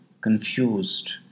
confused